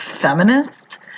feminist